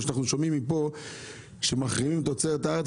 או שאנחנו שומעים פה שמחרימים את תוצרת הארץ,